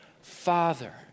Father